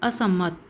અસંમત